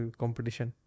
competition